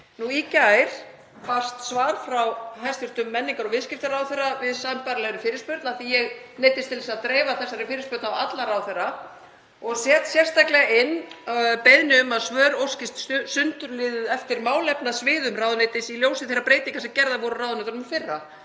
Í gær barst svar frá hæstv. menningar- og viðskiptaráðherra við sambærilegri fyrirspurn, af því að ég neyddist til að dreifa þessari fyrirspurn á alla ráðherra og set sérstaklega inn beiðni um að svör óskist sundurliðuð eftir málefnasviðum ráðuneytis í ljósi þeirra breytinga sem gerðar voru á ráðuneytunum í fyrra,